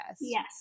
Yes